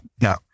no